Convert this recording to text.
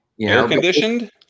air-conditioned